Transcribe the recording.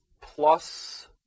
plus